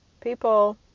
People